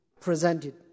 presented